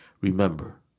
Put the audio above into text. Remember